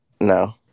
no